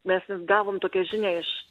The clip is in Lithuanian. mes vis gavom tokią žinią iš